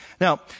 Now